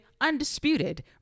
undisputed